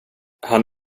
han